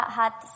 hat